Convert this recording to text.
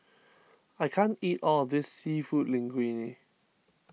I can't eat all of this Seafood Linguine